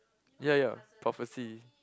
ya ya prophecy